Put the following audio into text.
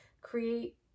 create